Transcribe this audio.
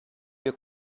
your